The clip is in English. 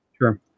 Sure